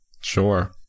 Sure